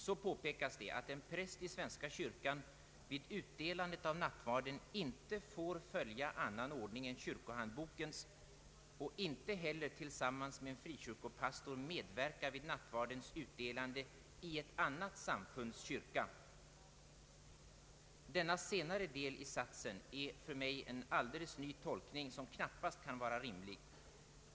Så påpekas att en präst i svenska kyrkan vid utdelandet av nattvarden inte får följa annan ordning än kyrkohandbokens och inte heller tillsammans med en frikyrkopastor medverka vid nattvardens utdelande i ett annat samfunds kyrka. Denna senare del i satsen är en för mig alldeles ny tolkning, som knappast kan vara rimlig.